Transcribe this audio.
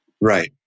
Right